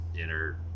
inner